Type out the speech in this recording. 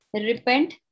repent